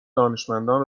دانشمندان